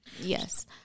Yes